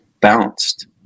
bounced